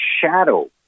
shadow